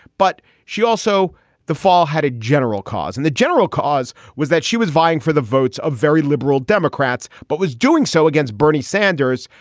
but she also the fall had a general cause, and the general cause was that she was vying for the votes of very liberal democrats, but was doing so against bernie sanders,